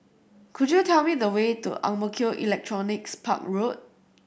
could you tell me the way to Ang Mo Kio Electronics Park Road